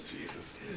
Jesus